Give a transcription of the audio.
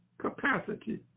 capacity